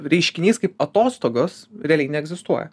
reiškinys kaip atostogos realiai neegzistuoja